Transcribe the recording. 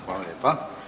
Hvala lijepa.